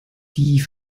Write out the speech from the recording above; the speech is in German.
die